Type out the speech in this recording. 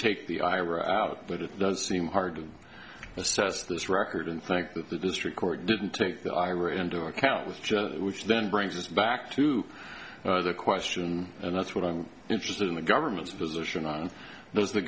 take the ira out but it does seem hard to assess this record and think that the district court didn't take the ira into account with which then brings us back to the question and that's what i'm interested in the government's position on those the